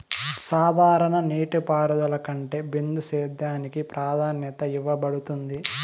సాధారణ నీటిపారుదల కంటే బిందు సేద్యానికి ప్రాధాన్యత ఇవ్వబడుతుంది